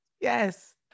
Yes